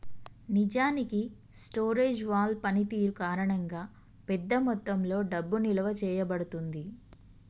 నిజానికి storage wall పనితీరు కారణంగా పెద్ద మొత్తంలో డబ్బు నిలువ చేయబడుతుంది